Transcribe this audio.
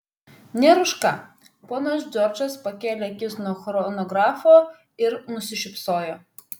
nėra už ką ponas džordžas pakėlė akis nuo chronografo ir nusišypsojo